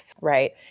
right